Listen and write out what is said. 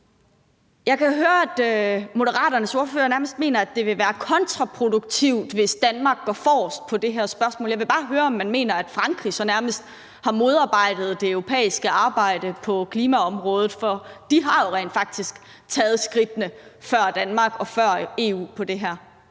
Jeg kan høre, at Moderaternes ordfører nærmest mener, at det vil være kontraproduktivt, hvis Danmark går forrest i det her spørgsmål. Jeg vil bare høre, om man mener, at Frankrig så nærmest har modarbejdet det europæiske arbejde på klimaområdet, for de har jo rent faktisk taget skridtene før Danmark og før EU på det her